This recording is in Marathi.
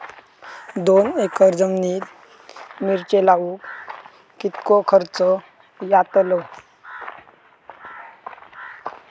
दोन एकर जमिनीत मिरचे लाऊक कितको खर्च यातलो?